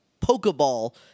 Pokeball